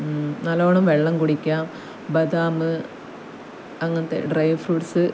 നല്ലോണം വെള്ളം കുടിക്കാം ബദാമ് അങ്ങനത്തെ ഡ്രൈ ഫ്രൂട്സ്